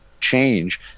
change